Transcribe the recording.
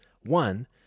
one